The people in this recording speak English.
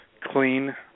clean